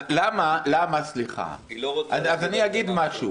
אז אני אגיד משהו.